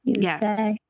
Yes